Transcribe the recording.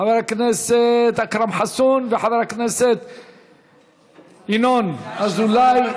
חבר הכנסת אכרם חסון וחבר הכנסת ינון אזולאי,